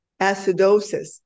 acidosis